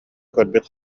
көрбүт